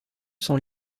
cents